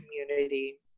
community